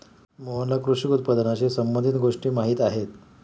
मोहनला कृषी उत्पादनाशी संबंधित गोष्टी माहीत आहेत